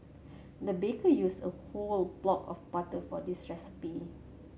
the baker used a whole block of butter for this recipe